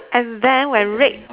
and then when red